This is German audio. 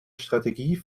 strategie